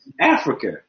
Africa